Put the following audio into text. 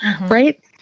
right